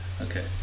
Okay